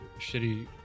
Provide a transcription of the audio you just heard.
shitty